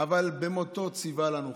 אבל במותו ציווה לנו חיים.